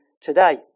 today